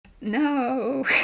no